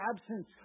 absence